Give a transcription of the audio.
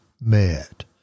met